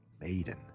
Maiden